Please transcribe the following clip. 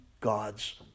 God's